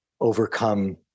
overcome